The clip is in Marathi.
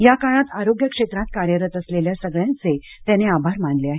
या काळात आरोग्य क्षेत्रात कार्यरत असलेल्या सगळ्यांचे त्याने आभार मानले आहेत